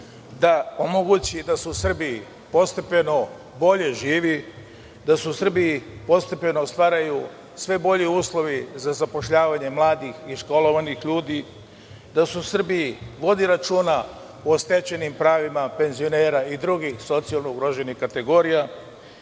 da omogući da su Srbiji postepeno bolje živi, da se u Srbiji postepeno stvaraju sve bolji uslovi za zapošljavanje mladih i školovanih ljudi, da se u Srbiji vodi računa o stečenim pravima penzionera i drugih socijalno ugroženih kategorija,